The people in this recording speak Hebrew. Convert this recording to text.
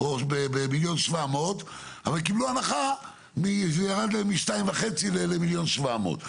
או ב-1.7 מיליון אבל קיבלו הנחה שהוא ירד מ-2.5 ל-1.7 מיליון.